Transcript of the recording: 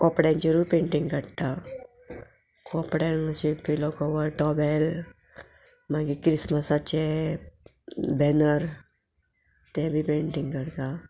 कोपड्यांचेरूय painting काडटा कोपड्यान अशें पिलो कवर टॉवेल मागीर क्रिसमसाचे बॅनर ते बी पेंटींग काडटा